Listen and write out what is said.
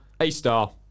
A-star